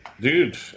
Dude